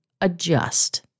adjust